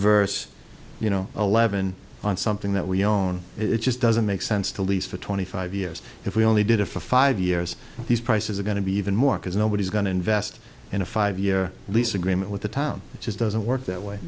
verse you know eleven on something that we own it just doesn't make sense to lease for twenty five years if we only did it for five years these prices are going to be even more because nobody's going to invest in a five year lease agreement with the town it just doesn't work that way